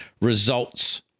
results